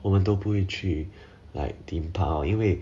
我们都不会去 like theme park 因为